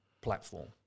platform